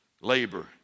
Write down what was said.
labor